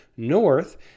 north